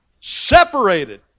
separated